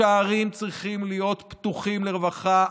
השערים צריכים להיות פתוחים לרווחה.